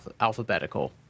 alphabetical